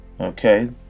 Okay